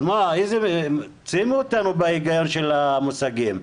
אז תשימו אותנו בהגיון של המושגים.